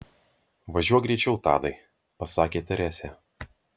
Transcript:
važiuok greičiau tadai pasakė teresė